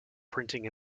printing